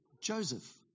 Joseph